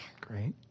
Great